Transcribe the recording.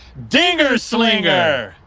dinger slinger.